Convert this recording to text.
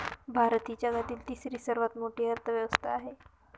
भारत ही जगातील तिसरी सर्वात मोठी अर्थव्यवस्था आहे